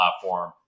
platform